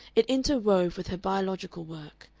it interwove with her biological work.